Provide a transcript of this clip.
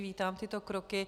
Vítám tyto kroky.